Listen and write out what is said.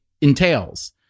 entails